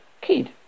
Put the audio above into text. kid